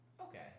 Okay